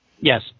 Yes